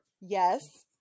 Yes